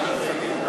סעיפים 1 13